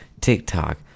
TikTok